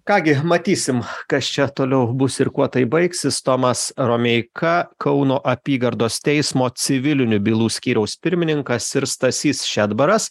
ką gi matysim kas čia toliau bus ir kuo tai baigsis tomas romeika kauno apygardos teismo civilinių bylų skyriaus pirmininkas ir stasys šedbaras